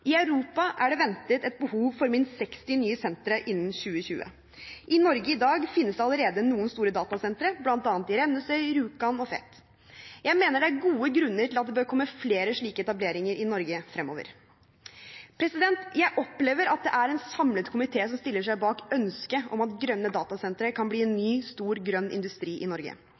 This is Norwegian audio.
I Europa er det ventet et behov for minst 60 nye sentre innen 2020. I Norge i dag finnes det allerede noen store datasentre, bl.a. i Rennesøy, Rjukan og Fet. Jeg mener det er gode grunner til at det bør komme flere slike etableringer i Norge fremover. Jeg opplever at det er en samlet komité som stiller seg bak ønsket om at grønne datasentre kan bli en ny